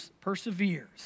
perseveres